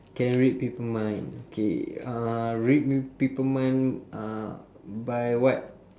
can read people mind K uh read pe~ people mind by what